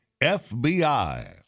fbi